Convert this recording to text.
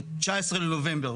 ב-19 לנובמבר,